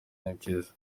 n’impyisi